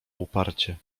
uparcie